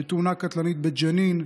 בתאונה קטלנית בג'נין.